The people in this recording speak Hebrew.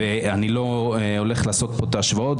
ואני לא הולך לעשות פה את ההשוואות.